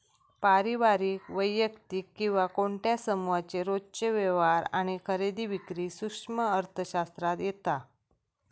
पारिवारिक, वैयक्तिक किंवा कोणत्या समुहाचे रोजचे व्यवहार आणि खरेदी विक्री सूक्ष्म अर्थशास्त्रात येता